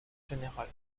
général